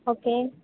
okay